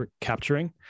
capturing